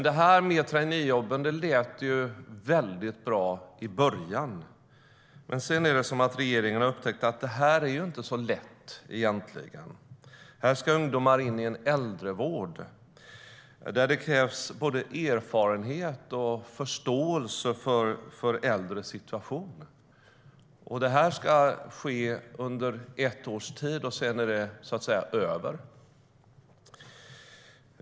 Detta med traineejobb lät ju väldigt bra i början, men sedan är det som att regeringen har upptäckt att det egentligen inte är så lätt. Här ska ungdomar in i en äldrevård där det krävs både erfarenhet och förståelse för äldres situation. Traineejobben ska vara under ett års tid, och sedan är det över.